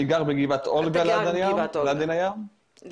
אני גר בגבעת אולגה ליד עין הים.